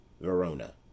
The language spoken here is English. Verona